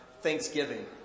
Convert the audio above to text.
thanksgiving